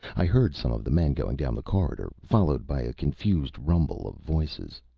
i heard some of the men going down the corridor, followed by a confused rumble of voices.